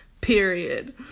period